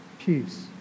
Peace